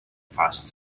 fast